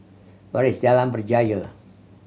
where is Jalan Berjaya